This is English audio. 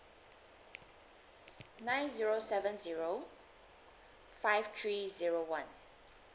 nine zero seven zero five three zero one